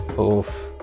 Oof